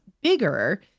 bigger